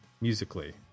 musically